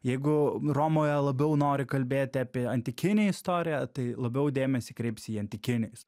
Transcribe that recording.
jeigu romoje labiau nori kalbėti apie antikinę istoriją tai labiau dėmesį kreipsi į antikinę